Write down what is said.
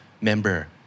member